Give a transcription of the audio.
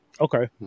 Okay